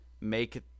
Make